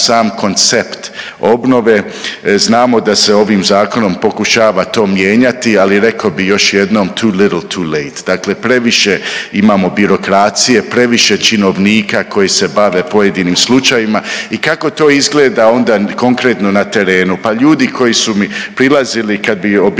sam koncept obnove. Znamo da se ovim zakonom pokušava to mijenjati, ali rekao bih još jednom to little to late. Dakle, previše imamo birokracije, previše činovnika koji se bave pojedinim slučajevima. I kako to izgleda onda konkretno na terenu? Pa ljudi koji su mi prilazili kad bih obilazio